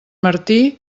martí